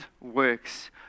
works